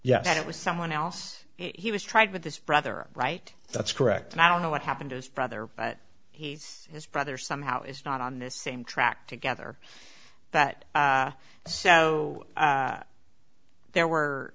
yet it was someone else he was tried with this brother right that's correct and i don't know what happened to his brother but he's his brother somehow is not on the same track together but so there were